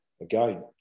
Again